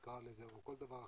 או כל דבר אחר.